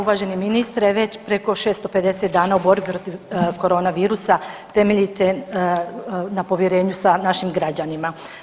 Uvaženi ministre već preko 650 dana u borbi protiv korona virusa temeljite na povjerenju sa našim građanima.